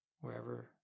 wherever